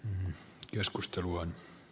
kun keskustelu on